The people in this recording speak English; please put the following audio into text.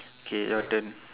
okay your turn